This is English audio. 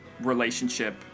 relationship